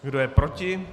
Kdo je proti?